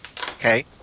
Okay